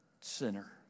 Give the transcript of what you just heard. sinner